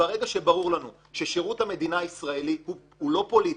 ברגע שברור לנו ששירות המדינה הישראלי הוא לא פוליטי,